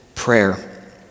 Prayer